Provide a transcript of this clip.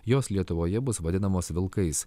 jos lietuvoje bus vadinamos vilkais